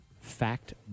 Fact